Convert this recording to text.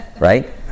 Right